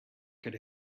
could